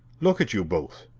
look at you both!